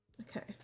Okay